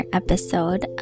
episode